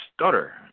stutter